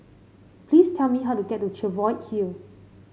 please tell me how to get to Cheviot Hill